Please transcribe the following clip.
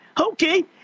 Okay